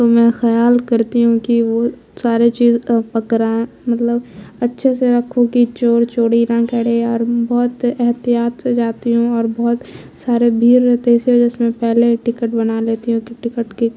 تو میں خیال کرتی ہوں کہ وہ سارے چیز پکڑا مطلب اچھے سے رکھوں کہ چور چوری نہ کرے اور بہت احتیاط سے جاتی ہوں اور بہت سارے بھیڑ رہتے ہیں اسی وجہ سے میں پہلے ٹکٹ بنا لیتی ہوں کہ ٹکٹ کی